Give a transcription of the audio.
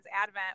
Advent